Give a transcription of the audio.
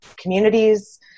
communities